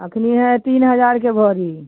असली है तीन हजार के भरी